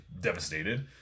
devastated